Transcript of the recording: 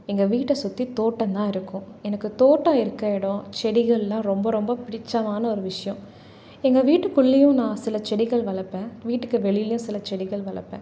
எங்கள் வீட்டை சுற்றி தோட்டம்தான் இருக்கும் எனக்கு தோட்டம் இருக்க இடம் செடிகளெலாம் ரொம்ப ரொம்ப பிடித்தமான ஒரு விஷயம் எங்கள் வீட்டுக்குள்ளேயும் நான் சில செடிகள் வளர்ப்பேன் வீட்டுக்கு வெளியிலேயும் சில செடிகள் வளர்ப்பேன்